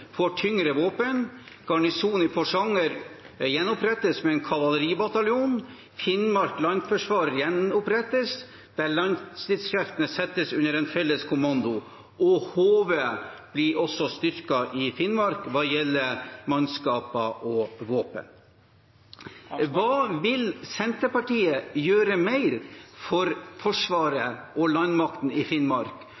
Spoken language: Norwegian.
får tyngre våpen, Garnisonen i Porsanger gjenopprettes med en kavaleribataljon, Finnmark Landforsvar gjenopprettes, der landstridskreftene settes under en felles kommando, og HV, Heimevernet, blir også styrket i Finnmark når det gjelder mannskap og våpen. Hva mer vil Senterpartiet gjøre for Forsvaret